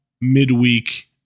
midweek